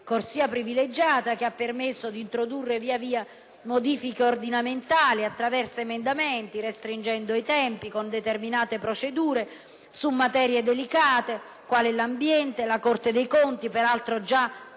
finanziaria e che ha permesso di introdurre via via modifiche ordinamentali attraverso emendamenti, restringendo i tempi con determinate procedure su materie delicate, quale l'ambiente, la Corte dei conti (peraltro,